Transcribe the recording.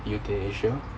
euthanasia